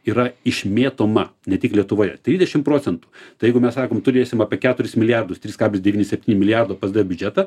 yra išmėtoma ne tik lietuvoje trisdešim procentų tai jeigu mes sakom turėsim apie keturis milijardus tris kablis devyni septyni milijardo psd biudžetą